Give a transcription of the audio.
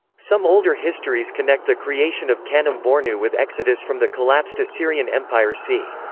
some older histories connect the creation of kanem-bornu with exodus from the collapsed assyrian empire c.